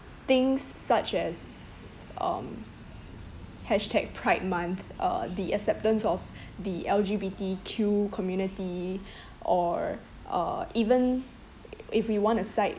things such as um hashtag pride month um the acceptance of the L_G_B_T_Q community or uh even if we wanna cite